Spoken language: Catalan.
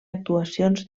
actuacions